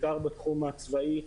בעיקר בתחום הצבאי,